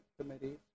committees